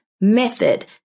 method